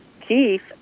keith